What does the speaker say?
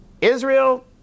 Israel